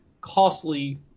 costly